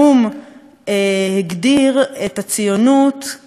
הגדיר את הציונות כגזענות.